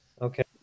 Okay